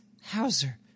Hauser